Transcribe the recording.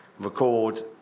record